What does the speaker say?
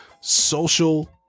social